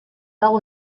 dago